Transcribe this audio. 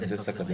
מהנדס אקדמאי?